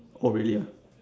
oh really ah